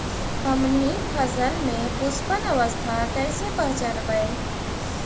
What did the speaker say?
हमनी फसल में पुष्पन अवस्था कईसे पहचनबई?